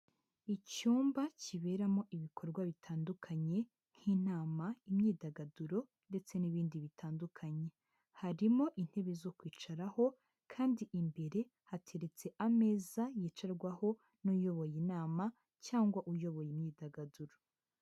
Icyumba kiberamo ibikorwa bitandukanye nk'inama, imyidagaduro ndetse n'ibindi bitandukanye, harimo intebe zo kwicaraho kandi imbere hateretse ameza yicarwaho n'uyoboye inama cyangwa uyoboye imyidagaduro.